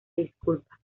disculpa